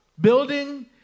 Building